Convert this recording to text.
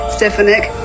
Stefanik